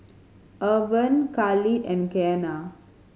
Urban Khalid and Keanna